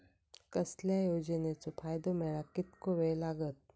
कसल्याय योजनेचो फायदो मेळाक कितको वेळ लागत?